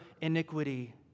iniquity